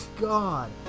God